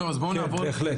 כן, בהחלט.